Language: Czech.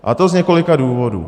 A to z několika důvodů.